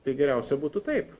tai geriausia būtų taip